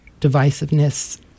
divisiveness